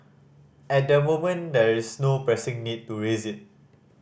at the moment there's no pressing need to raise it